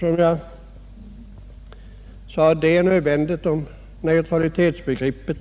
Detta är som jag sade nödvändigt om neutralitetsbegreppet